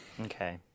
Okay